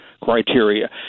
criteria